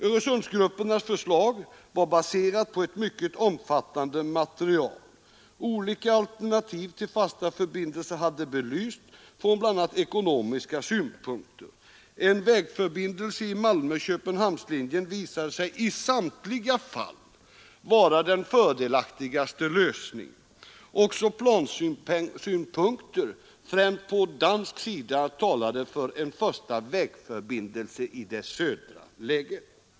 Öresundsgruppernas förslag var baserade på ett mycket omfattande material. Olika alternativ till fasta förbindelser hade belysts från bl.a. ekonomiska synpunkter. En vägförbindelse i Malmö—Köpenhamn-linjen visade sig i samtliga fall vara den fördelaktigaste lösningen. Och plansynpunkter, främst på dansk sida, talade för en första vägförbindelse i det södra läget.